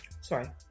Sorry